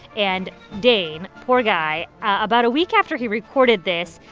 and dane poor guy about a week after he recorded this,